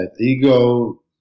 Ego